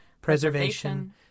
preservation